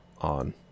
on